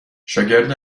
شاگرد